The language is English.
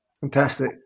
Fantastic